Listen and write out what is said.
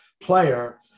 player